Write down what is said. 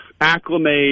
acclimate